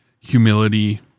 humility